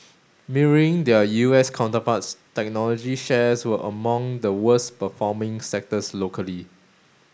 mirroring their U S counterparts technology shares were among the worst performing sectors locally